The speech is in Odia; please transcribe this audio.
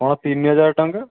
ହଁ ତିନି ହଜାର ଟଙ୍କା